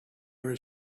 were